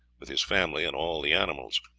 with his family and all the animals.